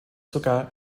sogar